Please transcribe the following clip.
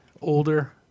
older